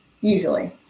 usually